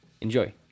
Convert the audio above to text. Enjoy